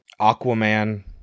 Aquaman